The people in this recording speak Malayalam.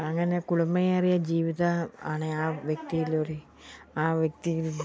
അങ്ങനെ കുളിർമയേറിയ ജീവിതം ആണ് ആ വ്യക്തിയിലൂടെ ആ വ്യക്തിയിൽ